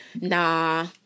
nah